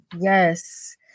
Yes